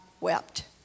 wept